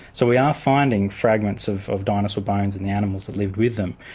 so we are finding fragments of of dinosaur bones and the animals that lived with them,